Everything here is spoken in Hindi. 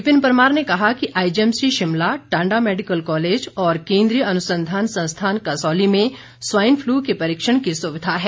विपिन परमार ने कहा कि I GMC Shimla Tanda medical college और केन्द्रीय अनुसंधान संस्थान कसौली में स्वाइन फ्लू के परीक्षण की सुविधा है